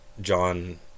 John